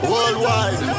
Worldwide